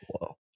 Wow